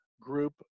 group